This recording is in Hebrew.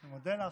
אני מודה לך.